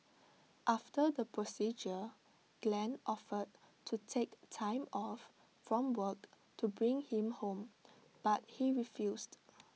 after the procedure Glen offered to take time off from work to bring him home but he refused